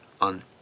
on